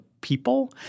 people